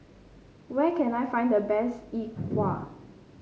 where can I find the best Yi Bua